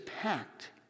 packed